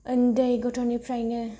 उन्दै गथ'निफ्रायनो